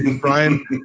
Brian